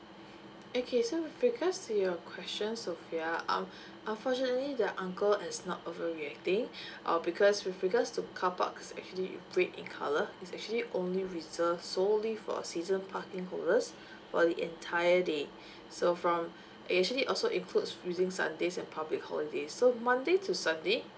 okay so with regards to your questions sofea um unfortunately the uncle is not overreacting uh because with regards to car parks actually red in colour is actually only reversed solely for season parking holders for the entire day so from it actually also includes using sundays and public holiday so monday to sunday